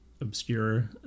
obscure